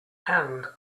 and